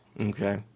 Okay